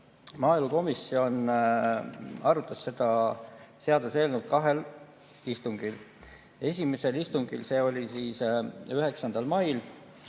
Maaelukomisjon arutas seda seaduseelnõu kahel istungil. Esimesel istungil, see oli 9. mail,